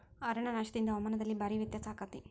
ಅರಣ್ಯನಾಶದಿಂದ ಹವಾಮಾನದಲ್ಲಿ ಭಾರೇ ವ್ಯತ್ಯಾಸ ಅಕೈತಿ